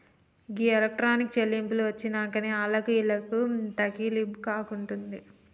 గీ electronic చెల్లింపులు వచ్చినంకనే ఆళ్లకు ఈళ్లకు తకిలీబ్ గాకుంటయింది